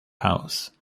house